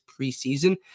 preseason